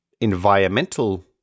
environmental